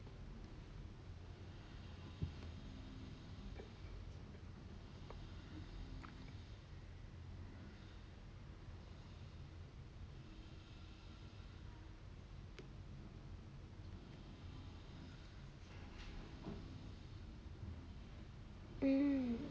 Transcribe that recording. hmm